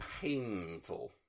painful